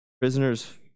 Prisoners